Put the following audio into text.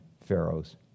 Pharaoh's